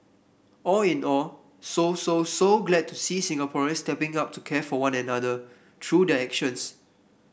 all in all so so so glad to see Singaporeans stepping up to care for one another through their actions